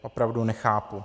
Opravdu nechápu.